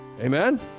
Amen